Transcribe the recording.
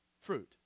Fruit